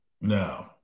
No